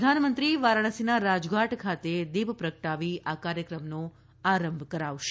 પ્રધાનમંત્રી વારાણસીના રાજઘાટ ખાતે દીપ પ્રગટાવી આ કાર્યક્રમનો આરંભ કરાવશે